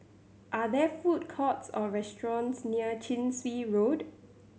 are there food courts or restaurants near Chin Swee Road